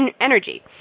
energy